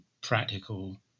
practical